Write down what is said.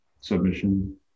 submission